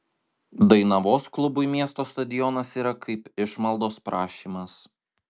dainavos klubui miesto stadionas yra kaip išmaldos prašymas